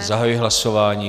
Zahajuji hlasování.